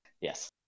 yes